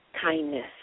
Kindness